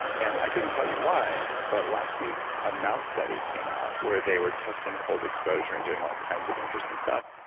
and i couldn't tell you why, but last week, a mouse study came out where they were testing cold exposure and doing all kinds of interesting stuff,